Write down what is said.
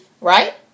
right